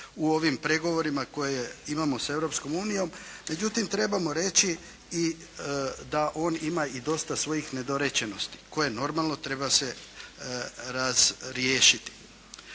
u ovim pregovorima koje imamo s Europskom unijom. Međutim, trebamo reći i da on ima i dosta svojih nedorečenosti koje normalo treba se razriješiti.